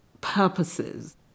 purposes